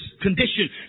condition